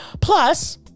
Plus